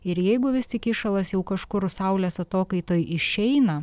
ir jeigu vis tik įšalas jau kažkur saulės atokaitoj išeina